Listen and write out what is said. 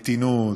מתינות,